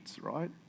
right